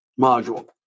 module